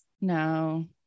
No